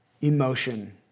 emotion